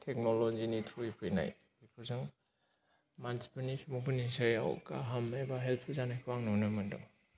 टेकनल'जिनि थ्रुयै फैनाय जों मानसिफोरनि सुबुंफोरनि सायाव गाहाम एबा हेल्फफुल जानायखौ आङो नुनो मोनदों